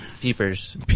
Peepers